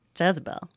Jezebel